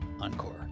encore